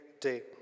day